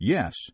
Yes